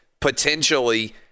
potentially